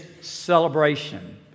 celebration